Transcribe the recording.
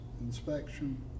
inspection